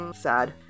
sad